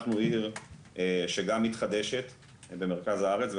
אנחנו עיר שגם מתחדשת במרכז הארץ,